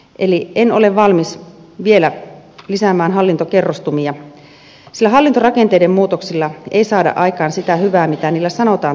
eli en ole valmis vielä lisäämään hallintokerrostumia sillä hallintorakenteiden muutoksilla ei saada aikaan sitä hyvää mitä niillä sanotaan tavoiteltavan